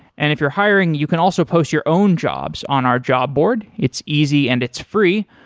and if you're hiring, you can also post your own jobs on our job board. it's easy and it's free.